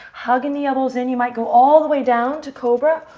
hugging the elbows in. you might go all the way down to cobra,